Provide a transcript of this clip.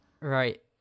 Right